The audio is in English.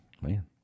man